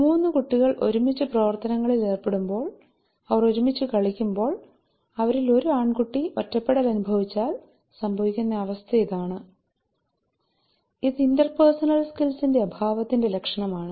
മൂന്ന് കുട്ടികൾ ഒരുമിച്ച് പ്രവർത്തനങ്ങളിൽ ഏർപ്പെടുമ്പോൾ അവർ ഒരുമിച്ച് കളിക്കുമ്പോൾ അവരിൽ ഒരു ആൺകുട്ടി ഒറ്റപ്പെടൽ അനുഭവിച്ചാൽ സംഭവിക്കുന്ന അവസ്ഥ ഇതാണ് ഇത് ഇന്റെർപഴ്സണൽ സ്കിൽസ് ന്റെ അഭാവത്തിന്റെ ലക്ഷണമാണ്